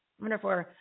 Wonderful